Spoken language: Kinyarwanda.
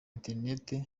internet